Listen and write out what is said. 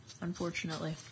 unfortunately